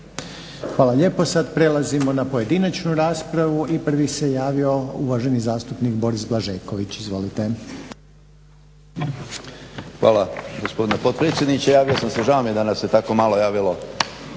Hvala lijepo. Sad prelazimo na pojedinačnu raspravu i prvi se javio uvaženi zastupnik Boris Blažeković. Izvolite. **Blažeković, Boris (HNS)** Hvala gospodine potpredsjedniče. Javio sam se, žao mi je da nas se tako malo javilo